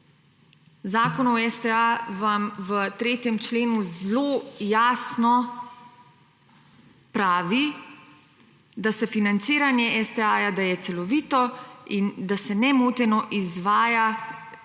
Zakon o STA vam v 3. členu zelo jasno pravi, da se financiranje STA, da je celovito in da se nemoteno izvaja